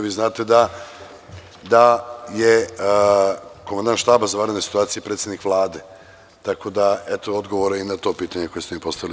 Vi znate da je komandant Štaba za vanredne situacije predsednik Vlade, tako da eto odgovora i na to pitanje koje ste mi postavili.